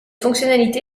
fonctionnalité